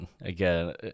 again